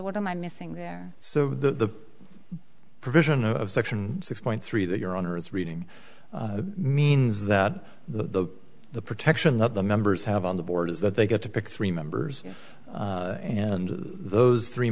what am i missing there so the provision of section six point three that your honor is reading means that the the protection that the members have on the board is that they get to pick three members and those three